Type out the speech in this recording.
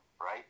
Right